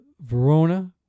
Verona